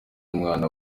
umwana